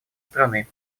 страны